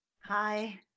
Hi